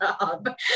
job